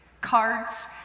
cards